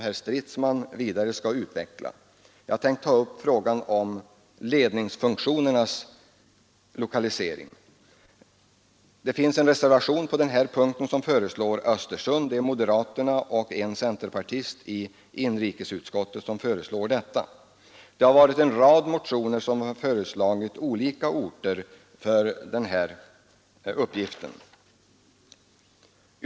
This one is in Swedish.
Herr Stridsman skall utveckla det vidare. Det finns en reservation på denna punkt där Östersund förordas för ledningsfunktionen. Det är moderaterna och en centerpartist i inrikesutskottet som föreslår detta. Det har på denna punkt väckts en rad motioner i vilka motionärerna föreslagit olika orter för denna uppgift.